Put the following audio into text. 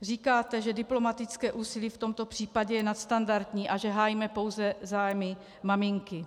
Říkáte, že diplomatické úsilí v tomto případě je nadstandardní a že hájíme pouze zájmy maminky.